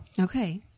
Okay